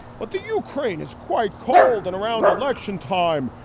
but the ukraine is quite cold. and around election time,